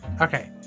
Okay